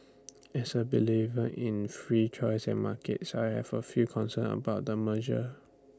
as A believer in free choice and markets I have A few concerns about the merger